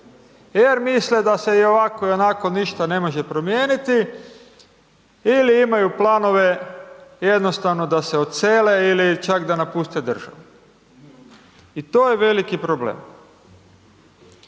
jer misle da se iovako ionako ništa ne može promijeniti ili imaju planove jednostavno da se odsele ili čak da napuste državu i to je veliki problem.